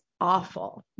awful